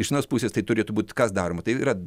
iš tos pusės tai turėtų būt kas daroma tai yra